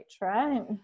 right